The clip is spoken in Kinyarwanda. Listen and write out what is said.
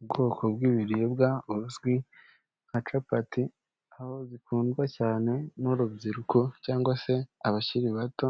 Ubwoko bw'ibiribwa buzwi nka capati, aho zikundwa cyane n'urubyiruko cyangwa se abakiri bato,